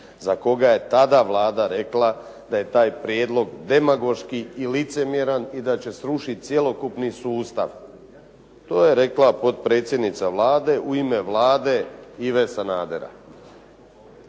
za koga je tada Vlada rekla da je taj prijedlog demagoški i licemjeran i da će srušiti cjelokupni sustav. To je rekla potpredsjednica Vlade u ime Vlade Ive Sanadera.